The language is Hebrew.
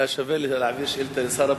היה שווה להעביר שאילתא לשר הפנים.